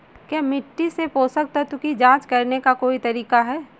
क्या मिट्टी से पोषक तत्व की जांच करने का कोई तरीका है?